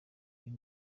uyu